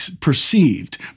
perceived